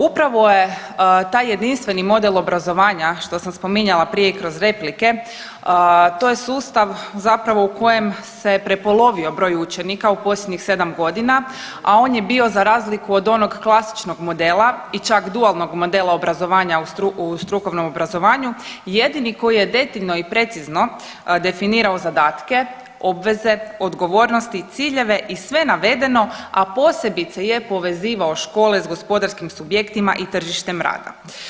Upravo je taj jedinstveni model obrazovanja što sam spominjala prije i kroz replike, to je sustav zapravo u kojem se prepolovio broj učenika u posljednjih 7 godina, a on je bio za razliku od onog klasičnog modela i čak dualnog modela obrazovanja u strukovnom obrazovanju jedini koji je detaljno i precizno definirao zadatke, obveze, odgovornosti, ciljeve i sve navedeno, a posebice je povezivao škole s gospodarskim subjektima i tržištem rada.